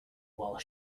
while